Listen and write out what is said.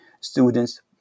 students